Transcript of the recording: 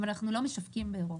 אבל אנחנו לא משווקים באירופה.